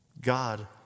God